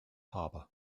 harbor